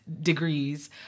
degrees